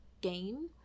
game